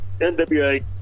NWA